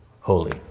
holy